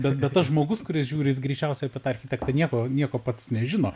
bet bet tas žmogus kuris žiūri jis greičiausiai apie tą architektą nieko nieko pats nežino